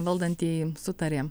valdantieji sutarė